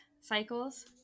cycles